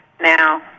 now